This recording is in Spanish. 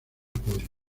apoyo